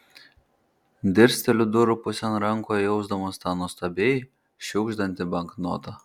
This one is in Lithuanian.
dirsteliu durų pusėn rankoje jausdamas tą nuostabiai šiugždantį banknotą